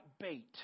bait